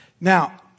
Now